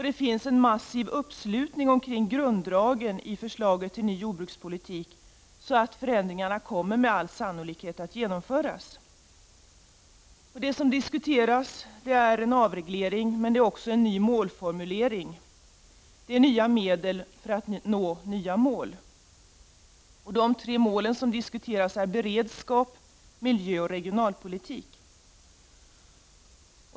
Det finns en massiv uppslutning omkring grunddragen i förslaget till ny jordbrukspolitik, och förändringarna kommer med all sannolikhet att genomföras. Det som diskuteras är en avreglering men också en ny målformulering och nya medel för att nya mål skall nås. De tre mål som diskuteras är beredskap, miljö och regionalpolitik.